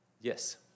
yes